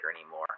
anymore